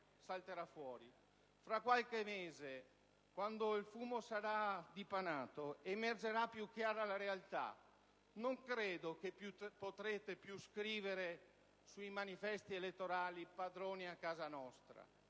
salterà fuori. Tra qualche mese, quando il fumo sarà diradato, emergerà più chiaramente la realtà. Non credo che potrete più scrivere sui manifesti elettorali: «padroni a casa nostra»;